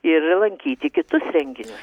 ir lankyti kitus renginius